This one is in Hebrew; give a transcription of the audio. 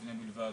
במבנה בלבד,